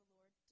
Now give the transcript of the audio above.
Lord